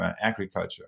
agriculture